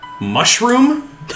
mushroom